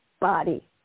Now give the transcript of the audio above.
body